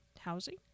housing